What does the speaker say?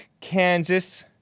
Kansas